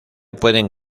pueden